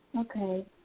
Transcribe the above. Okay